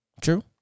True